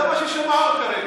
זה מה ששמענו כרגע.